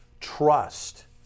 trust